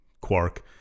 Quark